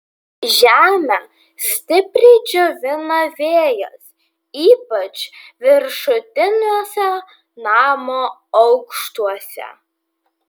žemę stipriai džiovina vėjas ypač viršutiniuose namo aukštuose